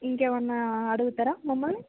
ఇంకా ఏమన్న అడుగుతారా మమ్మల్ని